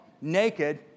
naked